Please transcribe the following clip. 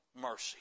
mercy